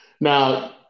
now